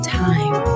time